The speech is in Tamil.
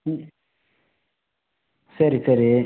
ம் சரி சரி